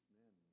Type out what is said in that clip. men